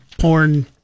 porn